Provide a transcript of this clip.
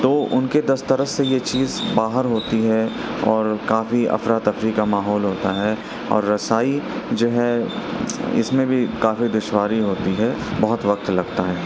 تو ان کے دسترس سے یہ چیز باہر ہوتی ہے اور کافی افراتفری کا ماحول ہوتا ہے اور رسائی جو ہے اس میں بھی کافی دشواری ہوتی ہے بہت وقت لگتا ہے